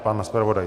Pan zpravodaj?